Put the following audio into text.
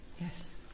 Yes